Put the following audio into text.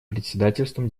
председательством